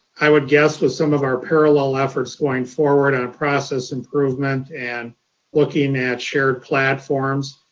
i would guess with some of our parallel efforts, going forward on process improvement and looking at shared platforms,